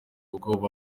ubwoba